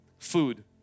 food